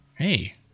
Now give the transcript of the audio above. Hey